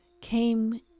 came